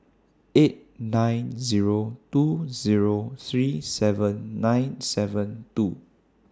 eight nine Zero two Zero three seven nine seven two